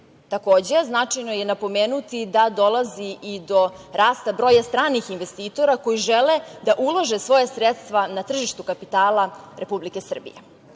Takođe, značajno je napomenuti da dolazi i do rasta broja stranih investitora koji žele da ulože svoja sredstva na tržištu kapitala Republike